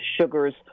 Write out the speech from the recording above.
sugars